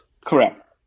Correct